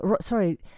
sorry